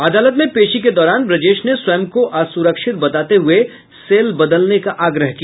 अदालत में पेशी के दौरान ब्रजेश ने स्वयं को अस्रक्षित बताते हुए सेल बदलने का आग्रह किया